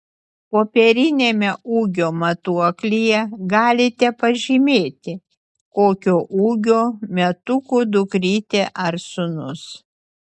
popieriniame ūgio matuoklyje galite pažymėti kokio ūgio metukų dukrytė ar sūnus